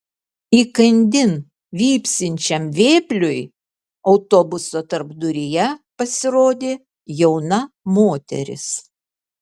įkandin vypsančiam vėpliui autobuso tarpduryje pasirodė jauna moteris